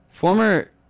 Former